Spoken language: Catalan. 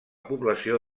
població